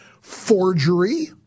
forgery